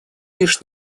лишь